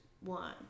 one